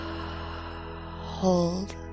hold